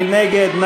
מי נגד?